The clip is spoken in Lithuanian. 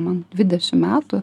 man dvidešimt metų